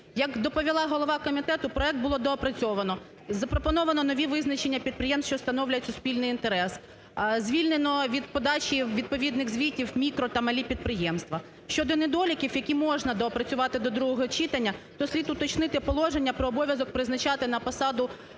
Як доповіла голова комітету, проект було доопрацьовано і запропоновано нові визначення підприємств, що становлять суспільний інтерес: звільнено від подачі відповідних звітів мікро та малі підприємства. Щодо недоліків, які можна доопрацювати до другого читання, то слід уточнити положення про обов'язок призначати на посаду